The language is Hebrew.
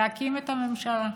להקים את הממשלה.